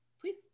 Please